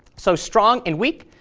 so strong and weak,